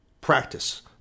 Practice